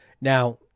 Now